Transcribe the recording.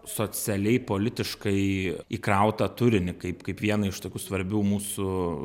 socialiai politiškai įkrautą turinį kaip kaip vieną iš tokių svarbių mūsų